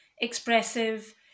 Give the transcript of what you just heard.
expressive